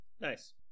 Nice